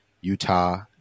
Utah